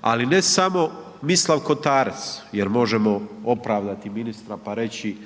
Ali ne samo Mislav Kotarac jer možemo opravdati ministra pa reći